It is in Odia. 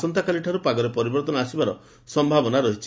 ଆସନ୍ତା କାଲିଠାରୁ ପାଗରେ ପରିବର୍ଭନ ଆସିବାର ସନ୍ତାବନା ରହିଛି